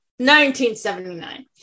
1979